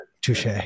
touche